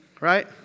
right